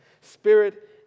Spirit